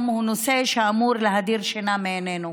הוא נושא שאמור להדיר שינה מעינינו.